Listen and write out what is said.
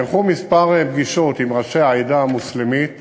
נערכו כמה פגישות עם ראשי העדה המוסלמית